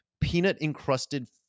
peanut-encrusted